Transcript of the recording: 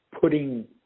putting